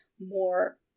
more